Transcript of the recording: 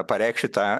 pareikšti tą